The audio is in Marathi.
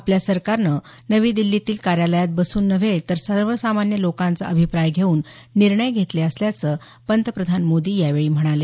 आपल्या सरकारनं नवी दिल्लीतील कार्यालयात बसून नव्हे तर सर्वसामान्य लोकांचा अभिप्राय घेऊन निर्णय घेतले असल्याचं पंतप्रधान मोदी यावेळी म्हणाले